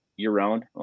year-round